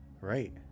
Right